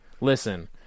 listen